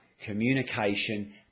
communication